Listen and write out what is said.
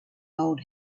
old